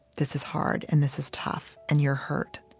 this is hard and this is tough and you're hurt